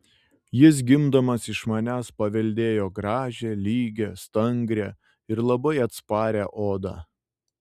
jis gimdamas iš manęs paveldėjo gražią lygią stangrią ir labai atsparią odą